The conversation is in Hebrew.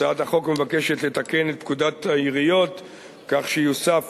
הצעת החוק מבקשת לתקן את פקודת העיריות כך שיוסף